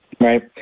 right